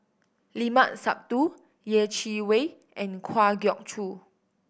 Limat Sabtu Yeh Chi Wei and Kwa Geok Choo